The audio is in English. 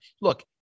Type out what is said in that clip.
look